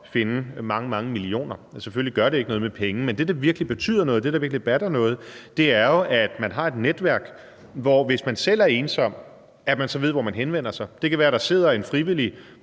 mange, mange millioner. Selvfølgelig gør det ikke noget med penge, men det, der virkelig betyder noget, der virkelig batter noget, er jo, at man har et netværk, hvor man, hvis man selv er ensom, ved, hvor man henvender sig. Det kan være, der sidder en frivillig